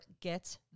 get